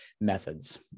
methods